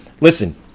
Listen